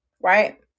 right